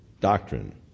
doctrine